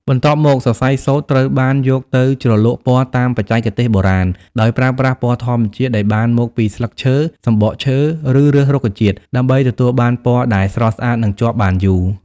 បន្ទាប់មក សរសៃសូត្រត្រូវបានយកទៅជ្រលក់ពណ៌តាមបច្ចេកទេសបុរាណ ដោយប្រើប្រាស់ពណ៌ធម្មជាតិដែលបានមកពីស្លឹកឈើ សំបកឈើ ឬឫសរុក្ខជាតិ ដើម្បីទទួលបានពណ៌ដែលស្រស់ស្អាតនិងជាប់បានយូរ។